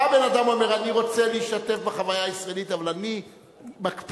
בא בן-אדם ואומר: אני רוצה להשתתף בחוויה הישראלית אבל אני מקפיד.